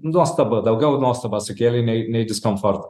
nuostabą daugiau nuostabą sukėlė nei nei diskomfortą